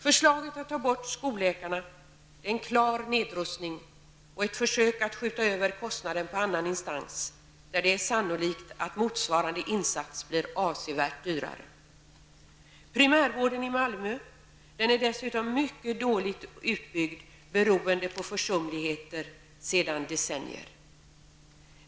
Förslaget att ta bort skolläkarna är en klar nedrustning och ett försök att skjuta över kostnaderna på annan instans, där det är sannolikt att motsvarande insats blir avsevärt dyrare. Primärvården i Malmö är dessutom mycket dåligt utbyggd, beroende på försumligheter sedan decennier tillbaka.